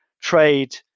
trade